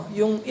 yung